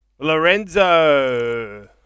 Lorenzo